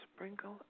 Sprinkle